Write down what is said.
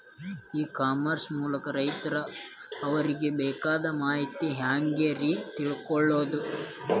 E commerce ಮೂಲಕ ರೈತರು ಅವರಿಗೆ ಬೇಕಾದ ಮಾಹಿತಿ ಹ್ಯಾಂಗ ರೇ ತಿಳ್ಕೊಳೋದು?